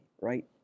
right